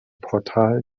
portal